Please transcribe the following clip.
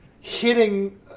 hitting